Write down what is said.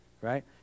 right